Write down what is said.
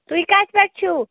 تُہۍ کٔتہِ پٮ۪ٹھ چھُو